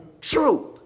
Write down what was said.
truth